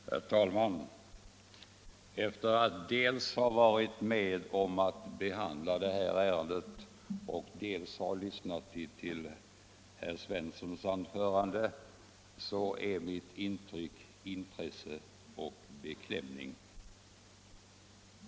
Herr talman! Efter att dels ha varit med om att behandla detta ärende i utskottet och dels ha lyssnat till herr Svenssons i Malmö anförande, är min reaktion intresse och beklämning.